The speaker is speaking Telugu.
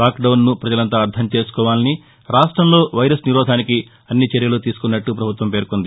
లాక్డౌస్ను ప్రజలంతా అర్థం చేసుకోవాలని రాష్టంలో వైరస్ నిరోధానికి అన్ని చర్యలు తీసుకున్నట్ల ప్రభుత్వం పేర్కొంది